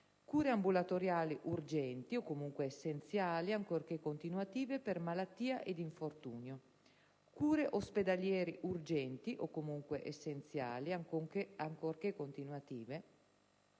cure ambulatoriali urgenti o comunque essenziali, ancorché continuative, per malattia e infortunio; cure ospedaliere urgenti o comunque essenziali, ancorché continuative,